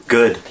Good